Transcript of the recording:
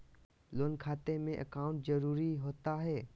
Loan खाते में account जरूरी होता है?